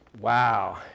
Wow